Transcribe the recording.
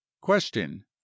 Question